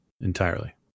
Entirely